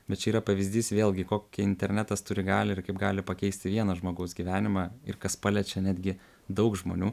bet čia yra pavyzdys vėlgi kokią internetas turi galią ir kaip gali pakeisti vieno žmogaus gyvenimą ir kas paliečia netgi daug žmonių